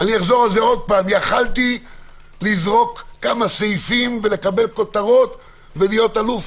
אחזור על זה שוב: יכולתי לזרוק כמה סעיפים ולקבל כותרות ולהיות אלוף